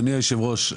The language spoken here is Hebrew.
אדוני היושב ראש,